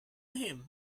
him